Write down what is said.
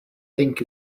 think